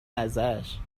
ازش